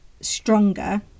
stronger